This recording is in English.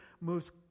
moves